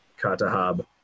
Katahab